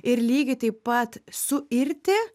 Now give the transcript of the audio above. ir lygiai taip pat suirti